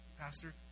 Pastor